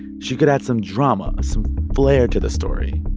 she could add some drama, some flair to the story.